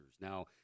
Now